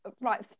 right